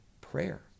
prayer